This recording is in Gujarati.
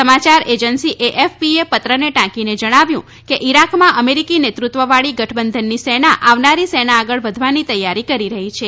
સમાચાર એજન્સી એએફપીએ પત્રને ટાંકીને જણાવ્યું કે ઇરાકમાં અમેરીકી નેતૃત્વવાળી ગઠબંધનની સેના આવનારી સેના આગળ વધવાની તૈયારી કરી રહી છે